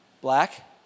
Black